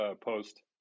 post